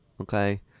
Okay